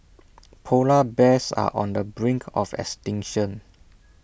Polar Bears are on the brink of extinction